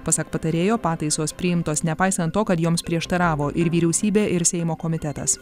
pasak patarėjo pataisos priimtos nepaisant to kad joms prieštaravo ir vyriausybė ir seimo komitetas